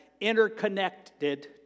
interconnected